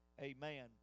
Amen